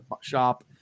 shop